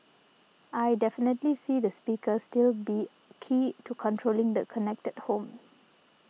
I definitely see the speaker still be key to controlling the connected home